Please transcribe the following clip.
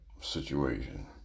situation